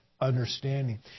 understanding